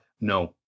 No